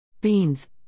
Beans